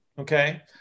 okay